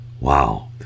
Wow